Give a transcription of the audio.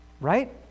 right